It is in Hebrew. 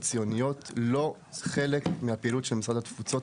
הציוניות הן לא חלק מהפעילות של משרד התפוצות.